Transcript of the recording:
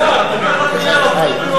שאין לה, נייר בתור עוגן.